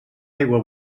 aigua